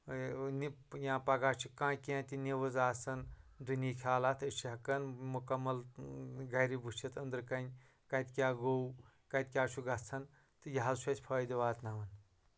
وٕنہِ یا پَگاہ چھُ کانٛہہ کیٚنٛہہ تہِ نِوٕز آسان دُنہِکۍ حالات أسۍ چھِ ہٮ۪کان مُکَمل گرِ وٕچھِتھ أنٛدرٕ کَنہِ کَتہِ کیٛاہ گوٚو کَتہِ کیٛاہ چھُ گژھان تہٕ یہِ حظ چھُ اَسہِ فٲہدٕ واتناوان